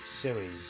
series